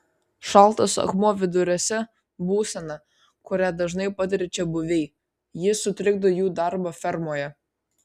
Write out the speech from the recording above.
šaltas akmuo viduriuose būsena kurią dažnai patiria čiabuviai ji sutrikdo jų darbą fermoje